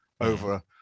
over